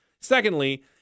Secondly